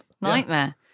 Nightmare